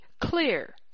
clear